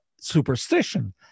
superstition